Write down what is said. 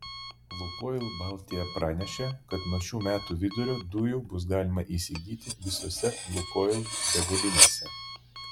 lukoil baltija pranešė kad nuo šių metų vidurio dujų bus galima įsigyti visose lukoil degalinėse